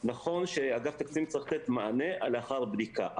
נכון שאגף תקציבים צריך לתת מענה לאחר בדיקה.